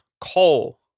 coal